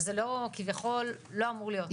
וזה כביכול לא אמור להיות ככה.